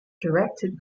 directed